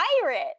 pirate